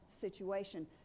situation